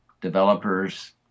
developers